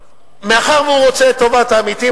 מאחר שהוא רוצה את טובת העמיתים,